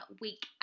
week